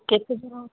କେତେ ଜୋର